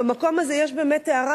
במקום הזה יש באמת הערה,